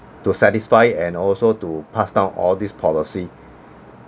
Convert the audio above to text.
to satisfy and also to pass down all these policy